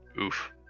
Oof